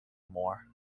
more